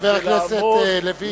חבר הכנסת לוין.